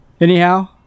Anyhow